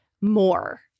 more